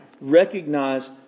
Recognize